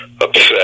Upset